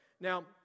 Now